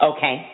Okay